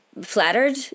flattered